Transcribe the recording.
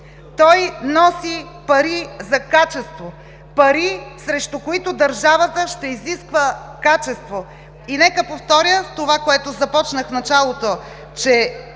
Той носи пари за качество – пари, срещу които държавата ще изисква качество! Нека повторя това, с което започнах в началото, че